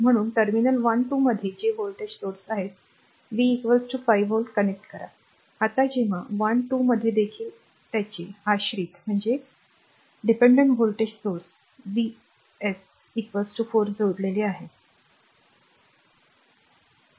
म्हणून टर्मिनल 1 2 मध्ये जे व्होल्टेज स्त्रोत आहेत V 5 व्होल्ट कनेक्ट करा आता जेव्हा 1 2 मध्ये देखील त्याचे आश्रित व्होल्टेज स्त्रोत V s 4 जोडलेले आहे V